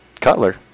cutler